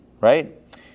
right